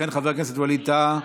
וכן חבר הכנסת ווליד טאהא,